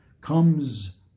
Comes